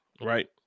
right